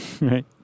Right